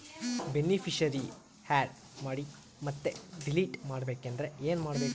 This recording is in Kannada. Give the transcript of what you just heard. ಬೆನಿಫಿಶರೀ, ಆ್ಯಡ್ ಮಾಡಿ ಮತ್ತೆ ಡಿಲೀಟ್ ಮಾಡಬೇಕೆಂದರೆ ಏನ್ ಮಾಡಬೇಕು?